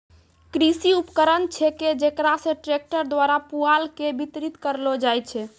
कृषि उपकरण छेकै जेकरा से ट्रक्टर द्वारा पुआल के बितरित करलो जाय छै